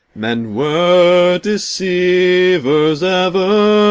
men were deceivers ever